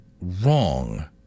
Wrong